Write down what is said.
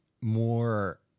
more